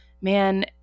man